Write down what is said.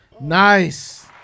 Nice